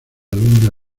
luna